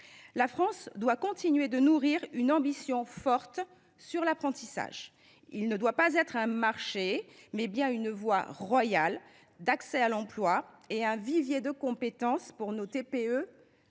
La France doit continuer de nourrir une ambition forte en matière d’apprentissage. Ce dernier doit être non pas un marché, mais bien une voie royale d’accès à l’emploi et un vivier de compétences pour nos TPE,